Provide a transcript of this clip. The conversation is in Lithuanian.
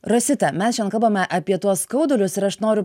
rosita mes šian kalbame apie tuos skaudulius ir aš noriu